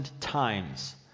times